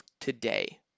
today